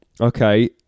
Okay